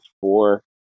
four